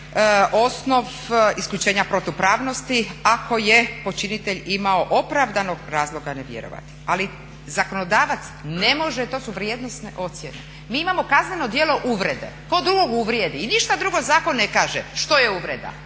osnov isključenja protupravnosti ako je počinitelj imao opravdanog razloga ne vjerovati. Ali zakonodavac ne može, to su vrijednosne ocjene. Mi imamo kazneno djelo uvrede. Tko drugog uvrijedi, i ništa drugo zakon ne kaže što je uvreda.